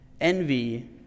envy